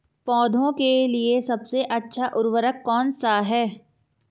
पौधों के लिए सबसे अच्छा उर्वरक कौनसा हैं?